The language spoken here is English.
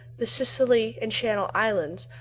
the scilly and channel islands,